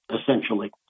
essentially